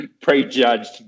prejudged